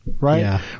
right